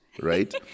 Right